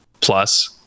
plus